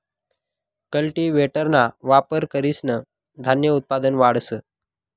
कल्टीव्हेटरना वापर करीसन धान्य उत्पादन वाढस